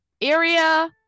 area